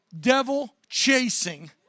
devil-chasing